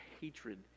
hatred